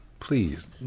Please